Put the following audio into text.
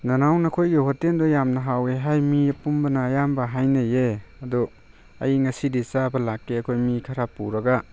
ꯅꯅꯥꯎ ꯅꯈꯣꯏꯒꯤ ꯍꯣꯇꯦꯜꯗꯣ ꯌꯥꯝꯅ ꯍꯥꯎꯋꯦ ꯍꯥꯏ ꯃꯤ ꯄꯨꯝꯕꯅ ꯑꯌꯥꯝꯕ ꯍꯥꯏꯅꯩꯌꯦ ꯑꯗꯣ ꯑꯩ ꯉꯁꯤꯗꯤ ꯆꯥꯕ ꯂꯥꯛꯀꯦ ꯑꯩꯈꯣꯏ ꯃꯤ ꯈꯔ ꯄꯨꯔꯒ